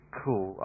cool